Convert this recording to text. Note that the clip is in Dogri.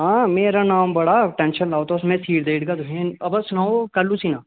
आं मेरा नाम बड़ा टेंशन नी लैओ तुस मैं सीए देई उड़गा तुहेंगी अवा सनाओ कैलू सीना